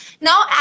Now